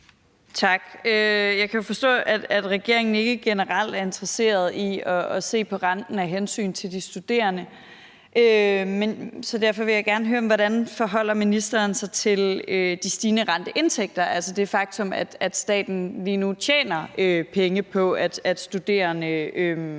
Tak. Jeg kan jo forstå, at regeringen generelt ikke er interesseret i at se på renten af hensyn til de studerende. Derfor vil jeg gerne høre, hvordan ministeren forholder sig til de stigende renteindtægter, altså det faktum, at staten lige nu tjener penge på, at studerende